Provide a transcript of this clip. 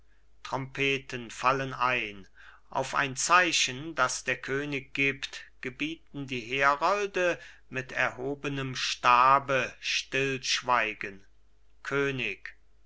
trompeten fallen ein auf ein zeichen das der könig gibt gebieten die herolde mit erhobenem stabe stillschweigen könig